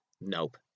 Nope